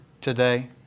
today